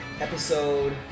episode